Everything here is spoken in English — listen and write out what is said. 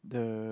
the